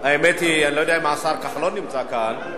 האמת היא, אני לא יודע אם השר כחלון נמצא כאן.